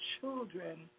children